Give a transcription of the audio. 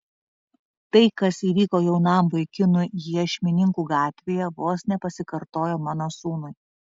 tai kas įvyko jaunam vaikinui iešmininkų gatvėje vos nepasikartojo mano sūnui